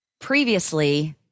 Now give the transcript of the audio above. previously